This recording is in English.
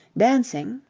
dancing,